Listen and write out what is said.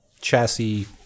chassis